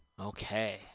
Okay